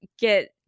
get